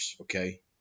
okay